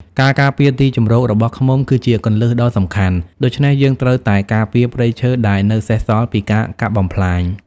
ការការពារទីជម្រករបស់ឃ្មុំគឺជាគន្លឹះដ៏សំខាន់ ដូច្នេះយើងត្រូវតែការពារព្រៃឈើដែលនៅសេសសល់ពីការកាប់បំផ្លាញ។